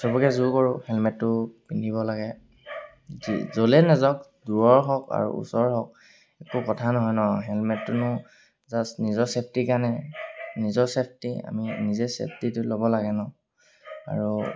চবকে জোৰ কৰোঁ হেলমেটটো পিন্ধিব লাগে যলে নাযাওক দূৰৰ হওক আৰু ওচৰ হওক একো কথা নহয় ন হেলমেটটোনো জাষ্ট নিজৰ ছেফটি কাৰণেহে নিজৰ ছেফটি আমি নিজে ছেফটিটো ল'ব লাগে ন আৰু